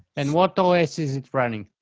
and, what ah os is it running?